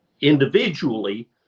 individually